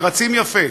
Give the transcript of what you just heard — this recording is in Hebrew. ורצים יפה,